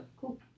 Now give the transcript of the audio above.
Cool